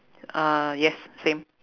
uh yes same